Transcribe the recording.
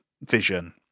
vision